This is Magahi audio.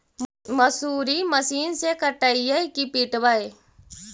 मसुरी मशिन से कटइयै कि पिटबै?